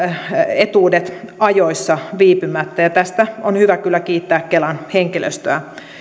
etuudet ajoissa viipymättä ja tästä on hyvä kyllä kiittää kelan henkilöstöä